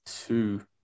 two